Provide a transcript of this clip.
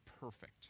perfect